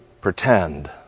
pretend